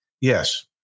Yes